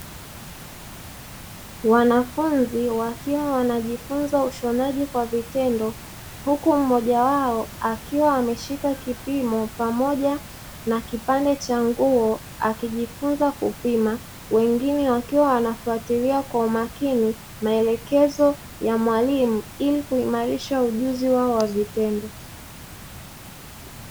Wanafunzi wakiwa wanajifunza ushonaji kwa vitendo huku mmoja wao akiwa ameshika kipimo pamoja na kipande cha nguo akijifunza kupima, wengine wakiwa wanafwatilia kwa umakini maelekezo ya mwalimu ili kuimarisha ujuzi wao wa vitendo.